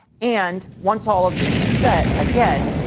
and once all of this is set, again,